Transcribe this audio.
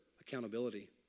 Accountability